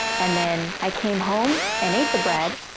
and then i came home and ate the bread,